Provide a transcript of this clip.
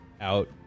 out